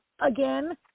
Again